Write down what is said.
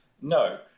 No